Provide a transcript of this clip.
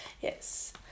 Yes